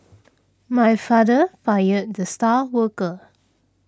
my father fired the star worker